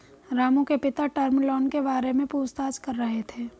रामू के पिता term loan के बारे में पूछताछ कर रहे थे